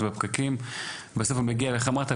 הוא מגיע אליך למטה,